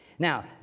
Now